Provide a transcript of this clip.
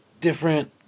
different